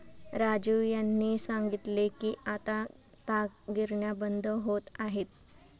राजीव यांनी सांगितले की आता ताग गिरण्या बंद होत आहेत